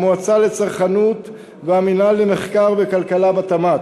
המועצה לצרכנות והמינהל למחקר וכלכלה בתמ"ת.